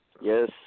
Yes